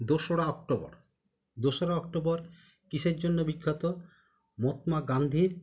দোসরা অক্টোবর দোসরা অক্টোবর কীসের জন্য বিখ্যাত মহাত্মা গান্ধীর